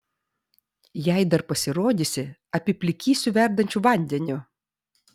jei dar pasirodysi apiplikysiu verdančiu vandeniu